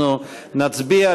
אנחנו נצביע.